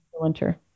winter